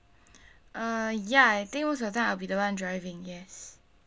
uh ya I think most of the time I'll be the one driving yes